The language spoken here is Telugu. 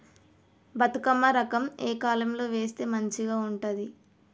బతుకమ్మ రకం ఏ కాలం లో వేస్తే మంచిగా ఉంటది?